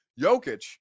Jokic